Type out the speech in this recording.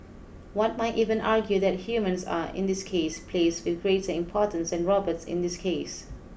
one might even argue that humans are in this case placed with greater importance than robots in this case